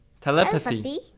Telepathy